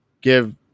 give